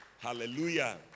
Hallelujah